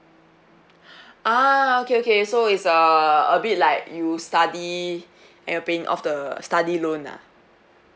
ah okay okay so it's uh a bit like you study and paying off the study loan ah